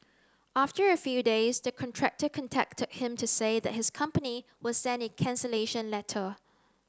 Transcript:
after a few days the contractor contacted him to say that his company will send a cancellation letter